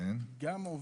אחרים,